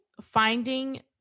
finding